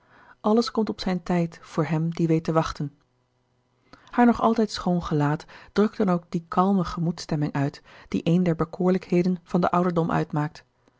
alles komt op zijn tijd voor hem die weet te wachten haar nog altijd schoon gelaat drukte dan ook die kalme gemoedsstemming uit die een der bekoorlijkheden van den ouderdom uitmaakt